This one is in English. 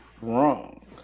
wrong